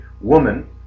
woman